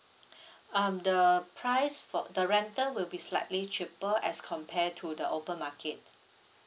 um the price for the rental will be slightly cheaper as compare to the open market